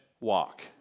walk